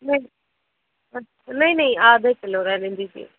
नहीं नहीं नहीं आधा किलो रहने दीजिए